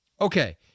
Okay